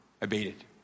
abated